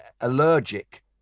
allergic